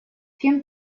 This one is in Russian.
кем